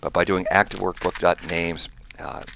but by doing activeworkbook names